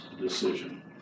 decision